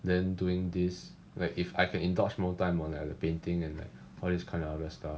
then doing this like if I can indulge more time on like the painting and for all this kind of other stuff